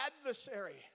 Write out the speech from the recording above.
adversary